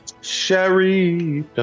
Sherry